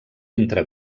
entre